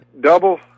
double